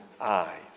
eyes